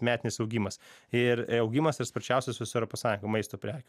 metinis augimas ir augimas yra sparčiausias visoj europos sąjungoj maisto prekių